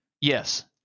Yes